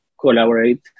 collaborate